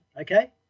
okay